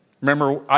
Remember